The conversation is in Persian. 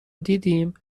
دیدیم